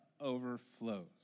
overflows